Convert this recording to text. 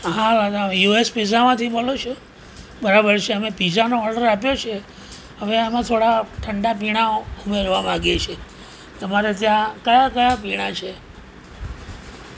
હા આ યુએસ પિઝામાંથી બોલો છો બરાબર છે અમે પિઝાનો ઓર્ડર આપ્યો છે હવે આમાં થોડા ઠંડા પીણા ઉમેરવા માગીએ છીએ તમારે ત્યાં કયા કયા પીણા છે